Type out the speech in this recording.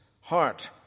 heart